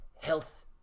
health